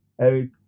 Eric